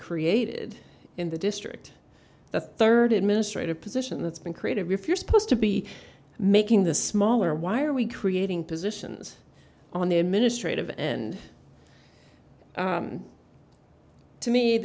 created in the district the third administrative position that's been created refuse supposed to be making the smaller why are we creating positions on the administrative end to me